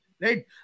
right